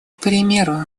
примеру